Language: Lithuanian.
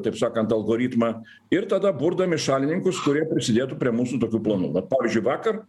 taip sakant algoritmą ir tada burdami šalininkus kurie prisidėtų prie mūsų tokių planų vat pavyzdžiui vakar